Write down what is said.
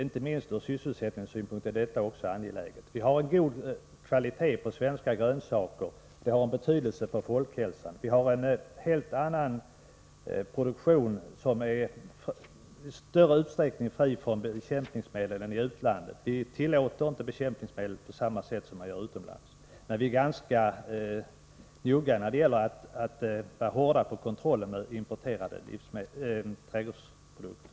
Inte minst ur sysselsättningssynpunkt är det angeläget. Kvaliteten på svenska grönsaker är god. Det har betydelse för folkhälsan. Produktionen i Sverige är i större utsträckning fri från bekämpningsmedel än i utlandet. Vi tillåter inte bekämpningsmedel på samma sätt som man gör utomlands, men vi är ganska njugga när det gäller kontroll på importerade Nr 91 trädgårdsprodukter.